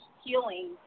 healing